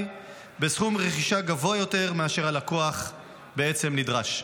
בסכום רכישה גבוה יותר מאשר הלקוח בעצם נדרש.